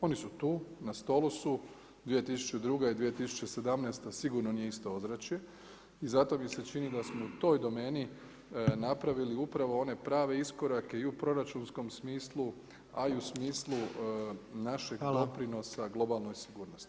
Oni su tu na stolu su, 2002. i 2017. sigurno nije isto ozračje i zato mi se čini da smo u toj domeni napravili upravo one prave iskorake i u proračunskom smislu, a i u smislu našeg doprinosa globalne sigurnosti.